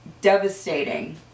devastating